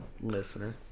Listener